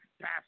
Pass